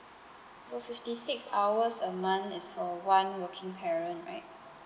so fifty six hours a month is for one working parent right